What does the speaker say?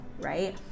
Right